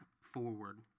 forward